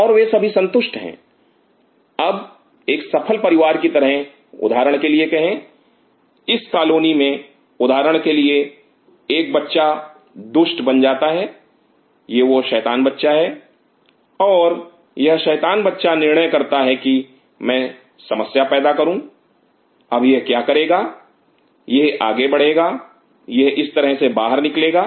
और वे सभी संतुष्ट हैं अब एक सफल परिवार की तरह उदाहरण के लिए कहे इस कॉलोनी में उदाहरण के लिए एक बच्चा दुष्ट बन जाता है यह वह शैतान बच्चा है और यह शैतान बच्चा निर्णय करता है कि मैं समस्या पैदा करूंगा अब यह क्या करेगा यह आगे बढ़ेगा यह इस से बाहर निकलेगा